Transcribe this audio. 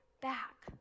back